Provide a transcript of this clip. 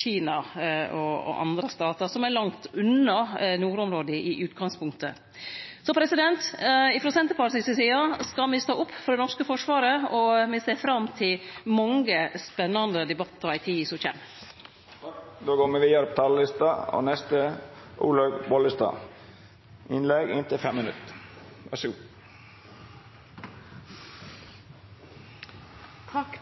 Kina og andre statar som er langt unna nordområda i utgangspunktet. Så frå Senterpartiet si side skal me stå opp for det norske forsvaret, og me ser fram til mange spennande debattar i tida som kjem. Et samfunn som er bra for ungene våre, er et samfunn som er bra for alle.